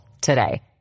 today